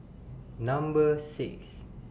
Number six